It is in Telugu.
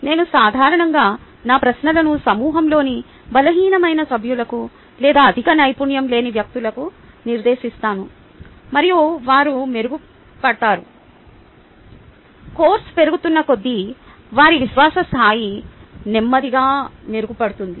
నేను సాధారణంగా నా ప్రశ్నలను సమూహంలోని బలహీనమైన సభ్యులకు లేదా అధిక నైపుణ్యం లేని వ్యక్తులకు నిర్దేశిస్తాను మరియు వారు మెరుగుపడ్తారు కోర్సు పెరుగుతున్న కొద్దీ వారి విశ్వాస స్థాయి నెమ్మదిగా మెరుగుపడుతుంది